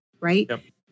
Right